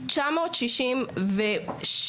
966,